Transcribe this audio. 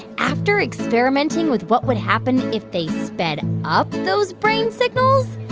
after experimenting with what would happen if they sped up those brain signals,